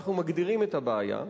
אנחנו מגדירים את הבעיה,